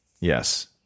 yes